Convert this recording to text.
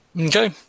Okay